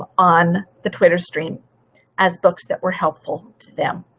ah on the twitter stream as books that were helpful to them.